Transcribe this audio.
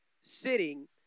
sitting